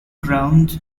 ground